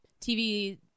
TV